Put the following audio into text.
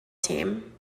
team